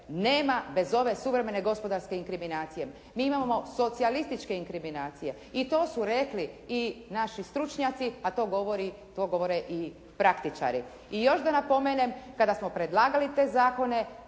nema bez ove suvremene gospodarske inkriminacije. Mi imamo socijalističke inkriminacije i to su rekli i naši stručnjaci, a to govore i praktičari. I još da napomenem, kada smo predlagali te zakone